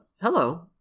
hello